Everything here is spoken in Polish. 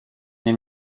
nie